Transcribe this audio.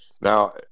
Now